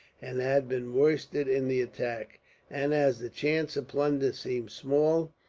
and had been worsted in the attack and as the chance of plunder seemed small,